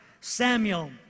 Samuel